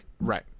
Right